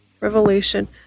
revelation